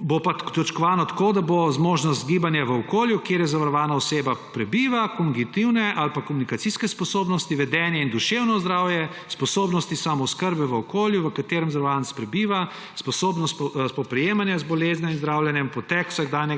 bo pa točkovano tako, da bo: zmožnost gibanja v okolju, kjer zavarovana oseba prebiva, kognitivne ali pa komunikacijske sposobnosti, vedenje in duševno zdravje, sposobnosti samooskrbe v okolju, v katerem zavarovanec prebiva, sposobnost spoprijemanja z boleznijo in zdravljenjem, potek vsakdanjega